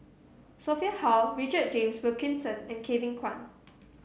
Sophia Hull Richard James Wilkinson and Kevin Kwan